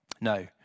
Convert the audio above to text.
No